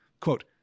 Quote